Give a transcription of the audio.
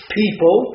people